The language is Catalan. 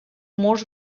murs